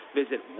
visit